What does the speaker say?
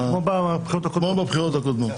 כמו בבחירות הקודמות.